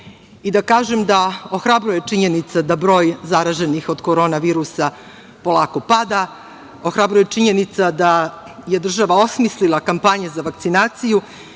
i da kažem da ohrabruje činjenica da broj zaraženih od korona virusa polako pada. Ohrabruje činjenica da je država osmislila kampanje za vakcinaciju